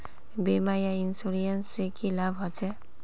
बीमा या इंश्योरेंस से की लाभ होचे?